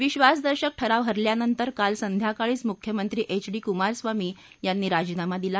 विश्वासदर्शक ठराव हरल्यानंतर काल संध्याकाळीच मुख्यमंत्री एच डी कुमारस्वामी यांनी राजीनामा दिला